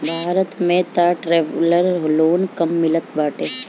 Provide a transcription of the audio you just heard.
भारत में तअ traveller loan कम मिलत बाटे